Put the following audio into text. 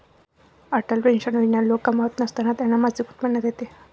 Atal pension योजना लोक कमावत नसताना त्यांना मासिक उत्पन्न देते